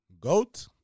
GOAT